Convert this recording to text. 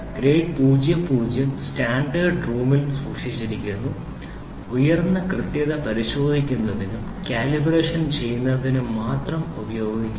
grade 00 standard റൂമിൽ സൂക്ഷിച്ചിരിക്കുന്നു ഉയർന്ന കൃത്യത പരിശോധിക്കുന്നതിനും കാലിബ്രേഷൻ ചെയ്യുന്നതിനും മാത്രം ഉപയോഗിക്കുന്നു